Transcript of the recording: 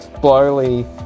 slowly